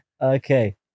Okay